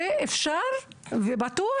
שזה אפשרי ובטוח,